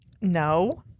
no